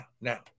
now